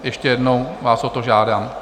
Ještě jednou vás o to žádám.